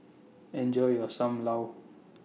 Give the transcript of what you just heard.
Enjoy your SAM Lau